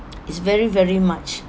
it's very very much